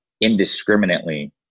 indiscriminately